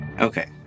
Okay